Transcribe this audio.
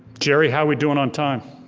jerry, how we doing on time?